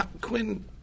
Quinn